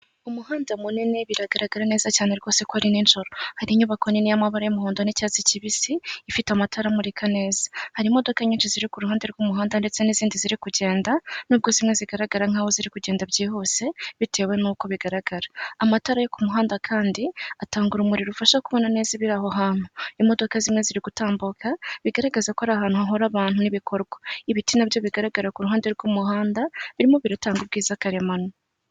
Umuhanda munini biragaragara neza cyane rwose ko ari nijoro. Hari inyubako nini y'amabara y'umuhondo n'icyatsi kibisi ifite amatara amurika neza. Hari imodoka nyinshi ziri ku ruhande rw'umuhanda ndetse n'izindi ziri kugenda. Nubwo zimwe zigaragara nkaho ziri kugenda byihuse, bitewe n'uko bigaragara. Amatara yo ku muhanda kandi, atanga urumuri rufasha kubona neza ibiri aho hantu. Imodoka zimwe ziri gutambuka, bigaragaza ko ari ahantu hahora abantu n'ibikorwa. Ibiti nabyo bigaragara ku ruhande rw'umuhanda, birimo biratanga ubwiza karemano.